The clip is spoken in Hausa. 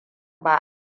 ba